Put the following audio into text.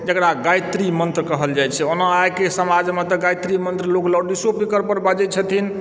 जकरा गायत्री मन्त्र कहल जाइत छै ओना आइके समाजमे तऽ गायत्री मन्त्र लोक लाउडोसपीकरपर बाजैत छथिन